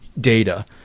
data